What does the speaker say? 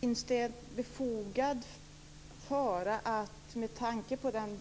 Fru talman! Finns det befogad fara att med tanke på det